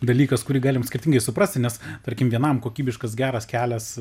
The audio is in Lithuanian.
dalykas kurį galim skirtingai suprasti nes tarkim vienam kokybiškas geras kelias